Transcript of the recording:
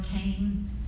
cane